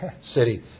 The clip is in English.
city